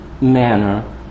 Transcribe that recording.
manner